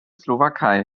slowakei